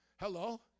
Hello